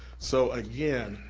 so again,